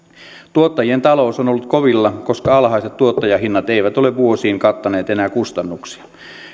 tuottajien talous on ollut kovilla koska alhaiset tuottajahinnat eivät ole vuosiin kattaneet enää kustannuksia